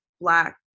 black